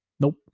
Nope